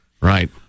Right